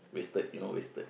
wasted you know wasted